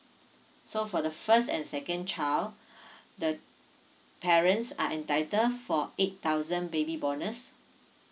so for the first and second child the parents are entitled four eight thousand baby bonus